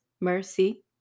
mercy